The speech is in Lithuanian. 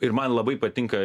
ir man labai patinka